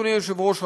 אדוני היושב-ראש,